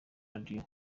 radio